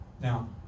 Now